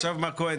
עכשיו מר כהן,